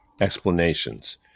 explanations